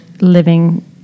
living